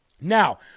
Now